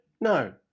No